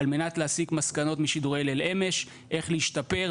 על מנת להסיק מסקנות משידורי ליל אמש איך להשתפר,